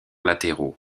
latéraux